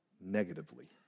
negatively